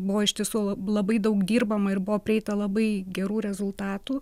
buvo iš tiesų lab labai daug dirbama ir buvo prieita labai gerų rezultatų